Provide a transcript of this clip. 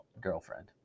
girlfriend